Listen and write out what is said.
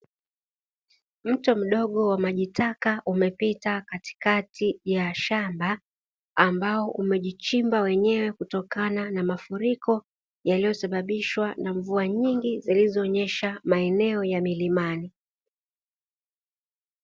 Mto mdogo wa majitaka umepita katikati ya shamba ambao umejichimba wenyewe kutokana na mafuriko yaliyosababishwa na mvua nyingi zilizonyesha maeneo ya milimani.